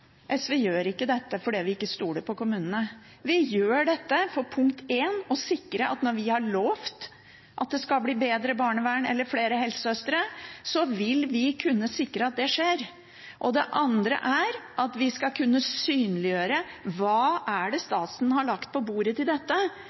SV ikke gjør dette fordi vi ikke stoler på kommunene. Vi gjør det for det første for å sikre at når vi har lovet at det skal bli bedre barnevern eller flere helsesøstre, vil vi kunne sikre at det skjer. Det andre er at vi skal kunne synliggjøre hva staten har lagt på bordet til dette,